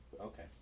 Okay